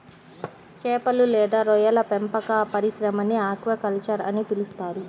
చేపలు లేదా రొయ్యల పెంపక పరిశ్రమని ఆక్వాకల్చర్ అని పిలుస్తారు